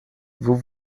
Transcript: vous